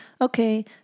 Okay